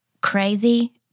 crazy